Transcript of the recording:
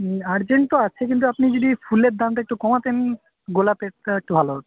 urgent তো আছে কিন্তু আপনি যদি ফুলের দামটা একটু কমাতেন গোলাপেরটা একটু ভালো হত